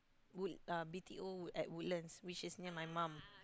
wood~ uh B_T_O at Woodlands which is near my mum